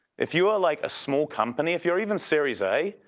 if you're like a small company, if you're even series a,